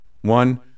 One